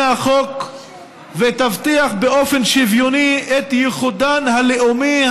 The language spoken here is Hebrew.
החוק ותבטיח באופן שוויוני את ייחודן הלאומי,